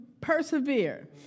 persevere